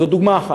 זו דוגמה אחת,